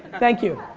thank you.